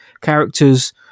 characters